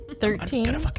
Thirteen